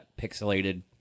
pixelated